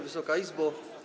Wysoka Izbo!